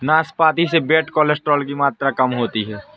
नाशपाती से bad cholesterol की मात्रा कम होती है